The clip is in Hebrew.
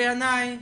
בעיניי,